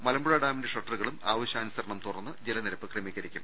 മലമ്പുഴ ഡാമിന്റെ ഷട്ടറുകളും ആവശ്യാനുസരണം തുറന്ന് ജലനിരപ്പ് ക്രമീകരിക്കും